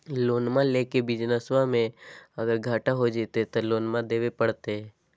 लोनमा लेके बिजनसबा मे अगर घाटा हो जयते तो लोनमा देवे परते?